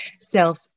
self